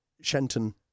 Shenton